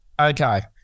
Okay